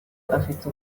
afite